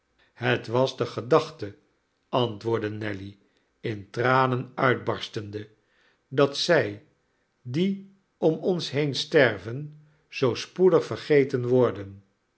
het was de gedachte antwoordde nelly in tranen uitbarstende dat zij die om ons heen sterven zoo spoedig vergeten worden